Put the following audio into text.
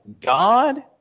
God